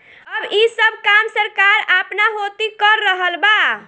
अब ई सब काम सरकार आपना होती कर रहल बा